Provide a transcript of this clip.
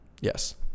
Yes